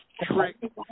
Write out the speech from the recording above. trick